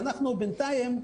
כי בינתיים,